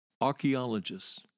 archaeologists